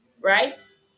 right